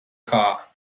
car